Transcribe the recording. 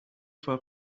for